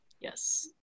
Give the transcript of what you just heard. Yes